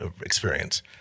experience